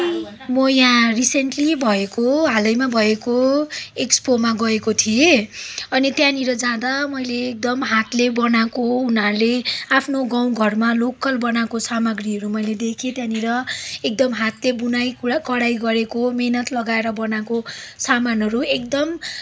म यहाँ रिसेन्टली भएको हालैमा भएको एक्सपोमा गएको थिएँ अनि त्यहाँनिर जाँदा मैले एकदम हातले बनाएको उनीहरूले आफ्नो गाउँघरमा लोकल बनाएको सामग्रीहरू मैले देखेँ त्यहाँनिर एकदम हाते बुनाई पुरा कडाई गरेको मिहिनेत लगाएर बनाएको सामानहरू एकदम